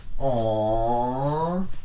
Aww